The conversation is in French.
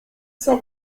cent